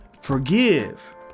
Forgive